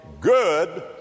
good